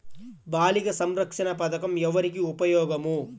బాలిక సంరక్షణ పథకం ఎవరికి ఉపయోగము?